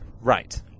right